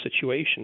situation